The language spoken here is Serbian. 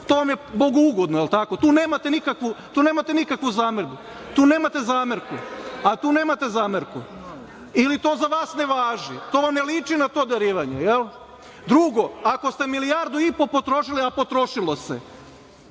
To vam je bogougodno. Jel tako? Tu nemate nikakvu zamerku? Tu nemate zamerku. Tu nemate zamerku ili to za vas ne važi? To vam ne liči na to darivanje? Jel? Drugo, ako ste milijardu i po potrošili, a potrošilo se